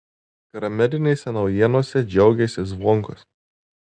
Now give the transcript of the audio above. karamelinėse naujienose džiaugėsi zvonkus